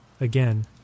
Again